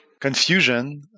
Confusion